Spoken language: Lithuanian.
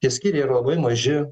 tie skyriai yra labai maži